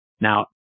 Now